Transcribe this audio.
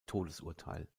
todesurteil